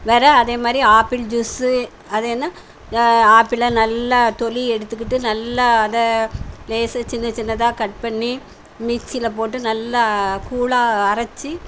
வேறு அதேமாதிரி apple juice அது என்ன ஆப்பிளை நல்லா தோலி எடுத்துக்கிட்டு நல்லா அதை லேசாக சின்ன சின்னதாக கட் பண்ணி மிக்ஸியில் போட்டு நல்லா கூழா அரைச்சி